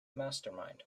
mastermind